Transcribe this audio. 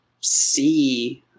see